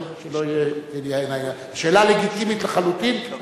השאלה לגיטימית לחלוטין,